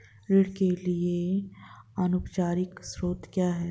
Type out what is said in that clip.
ऋण के अनौपचारिक स्रोत क्या हैं?